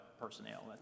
personnel